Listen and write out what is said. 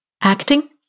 acting